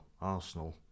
Arsenal